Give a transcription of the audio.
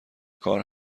کار